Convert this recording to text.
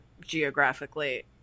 geographically